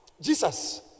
Jesus